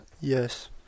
Yes